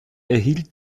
erhielt